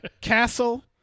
Castle